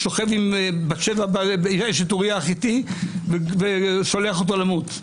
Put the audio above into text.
שוכב עם בת-שבע, אשת אוריה החיתי ושולח אותו למות.